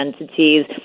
entities